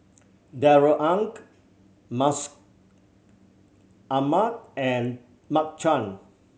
Darrell Ang Mustaq Ahmad and Mark Chan